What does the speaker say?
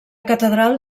catedral